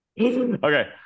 Okay